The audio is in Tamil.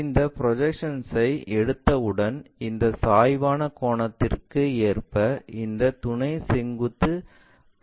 இந்த ப்ரொஜெக்ஷன்ஐ எடுத்தவுடன் இந்த சாய்வான கோணத்திற்கு ஏற்ப இந்த துணை செங்குத்து பிளேன்ஐ மாற்ற வேண்டும்